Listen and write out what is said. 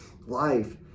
life